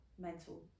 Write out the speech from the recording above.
mental